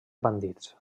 bandits